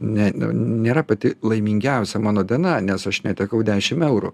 ne nėra pati laimingiausia mano diena nes aš netekau dešim eurų